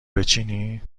بچینی